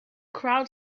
crowd